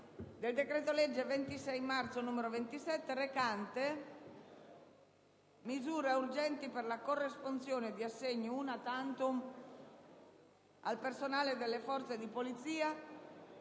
del decreto-legge 26 marzo 2011, n. 27, recante misure urgenti per la corresponsione di assegni *una tantum* al personale delle Forze di polizia,